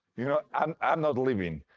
you know, i'm i'm not leaving,